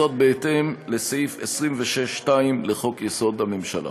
בהתאם לסעיף 26(2) לחוק-יסוד: הממשלה.